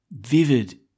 vivid